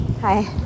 hi